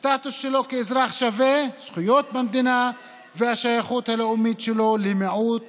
הסטטוס שלו כאזרח שווה זכויות במדינה והשייכות הלאומית שלו למיעוט